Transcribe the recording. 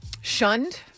shunned